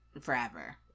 forever